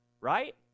Right